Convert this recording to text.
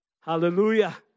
Hallelujah